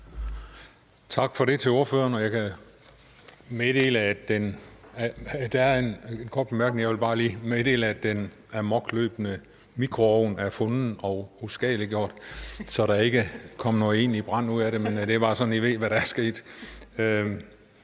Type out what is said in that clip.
en kort bemærkning. Jeg vil bare lige meddele først, at den amokløbne mikroovn er fundet og uskadeliggjort, så der ikke kom en egentlig brand ud af det. Det er bare, så I ved, hvad der er sket.